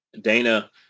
Dana